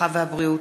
הרווחה והבריאות,